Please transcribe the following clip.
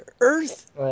earth